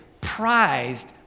prized